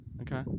okay